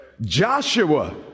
Joshua